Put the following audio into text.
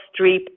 Streep